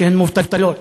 שהן מובטלות.